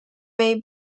may